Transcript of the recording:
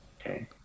Okay